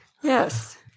yes